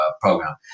program